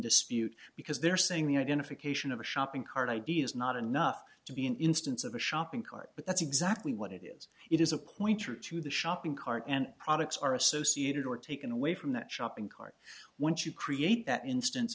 dispute because they're saying the identification of a shopping cart ideas not enough to be an instance of a shopping cart but that's exactly what it is it is a pointer to the shopping cart and products are associated or taken away from that shopping cart once you create that instance